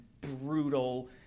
brutal